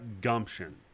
gumption